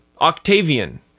Octavian